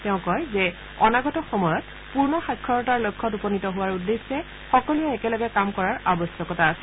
তেওঁ কয় যে অনাগত সময়ত পৰ্ণ সাক্ষৰতাৰ লক্ষ্যত উপনীত হোৱাৰ উদ্দেশ্যে সকলোৱে একেলগে কাম কৰা আৱশ্যকতা আছে